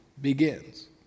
begins